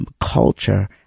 culture